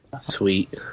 Sweet